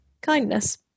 kindness